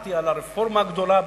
שמעתי על הרפורמה הגדולה בבנייה,